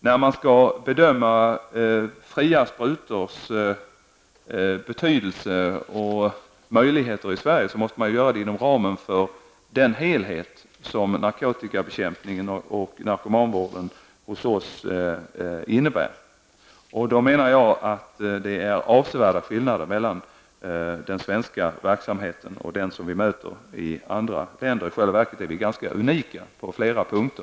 När man skall bedöma fria sprutors betydelse och möjligheter i Sverige måste man göra det inom ramen för den helhet som narkotikabekämpningen och narkomanvården hos oss innebär. Jag menar att det finns avsevärda skillnader mellan den svenska verksamheten och den vi möter i andra länder. I själva verket är vi ganska unika på flera punkter.